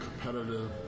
competitive